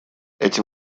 эти